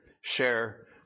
share